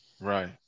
right